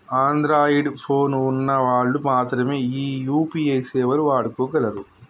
Android phone ఉన్న వాళ్ళు మాత్రమె ఈ యూ.పీ.ఐ సేవలు వాడుకోగలరు